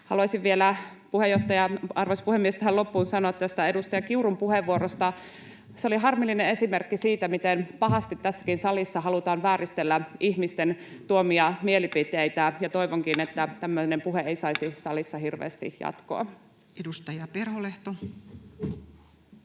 Haluaisin vielä, puheenjohtaja, arvoisa puhemies, tähän loppuun sanoa tästä edustaja Kiurun puheenvuorosta: se oli harmillinen esimerkki siitä, miten pahasti tässäkin salissa halutaan vääristellä ihmisten tuomia mielipiteitä, ja toivonkin, että tämmöinen puhe ei saisi salissa hirveästi jatkoa. Edustaja Perholehto.